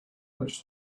much